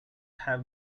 have